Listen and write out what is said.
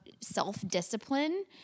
self-discipline